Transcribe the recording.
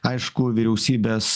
aišku vyriausybės